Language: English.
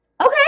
Okay